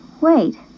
Wait